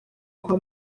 kwa